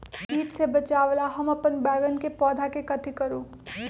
किट से बचावला हम अपन बैंगन के पौधा के कथी करू?